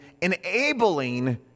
enabling